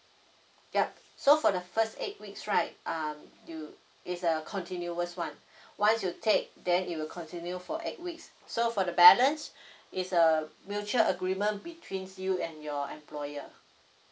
ya so for the first eight weeks right um you is a continuous one once you take then it will continue for eight weeks so for the balance is a mutual agreement between you and your employer